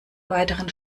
weiteren